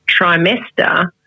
trimester